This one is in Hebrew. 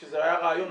שזה היה רעיון.